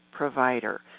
Provider